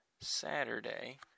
Saturday